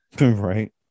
Right